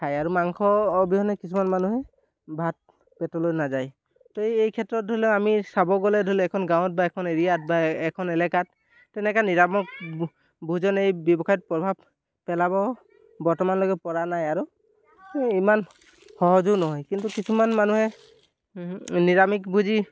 খায় আৰু মাংস অবিহনে কিছুমান মানুহে ভাত পেটলৈ নাযায় ত' এই ক্ষেত্ৰত ধৰি লওক আমি চাব গ'লে ধৰি লওক এখন গাঁৱত বা এখন এৰিয়াত বা এখন এলেকাত তেনেকৈ নিৰামিষ ভোজন এই ব্যৱসায়ত প্ৰভাৱ পেলাব বৰ্তমানলৈকে পৰা নাই আৰু এই ইমান সহজো নহয় কিন্তু কিছুমান মানুহে নিৰামিষ ভোজী